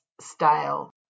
style